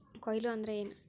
ಕೊಯ್ಲು ಅಂದ್ರ ಏನ್?